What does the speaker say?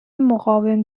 مقاوم